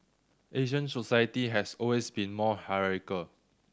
Asian society has always been more hierarchical